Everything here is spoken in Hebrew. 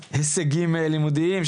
בציונים והישגים לימודיים,